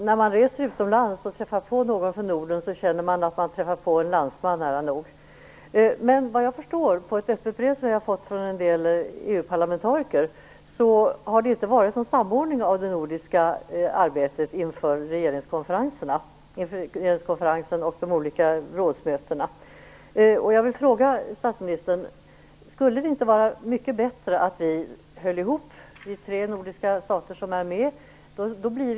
När man reser utomlands och träffar på någon från Norden känner man att man träffar på en landsman, nära nog. Såvitt jag förstår av ett öppet brev jag har fått från en del EU-parlamentariker har det inte skett någon samordning av det nordiska arbetet inför regeringskonferensen och de olika rådsmötena. Jag vill fråga statsministern om det inte skulle vara mycket bättre att vi tre nordiska stater som är med höll ihop.